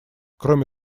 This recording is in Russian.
кроме